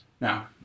Now